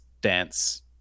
dance